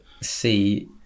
see